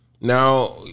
Now